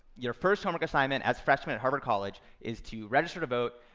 your first homework assignment as freshmen at harvard college is to register to vote,